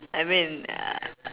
I mean uh